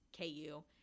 KU